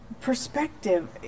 perspective